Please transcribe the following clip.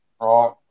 right